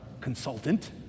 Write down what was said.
consultant